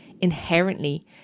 inherently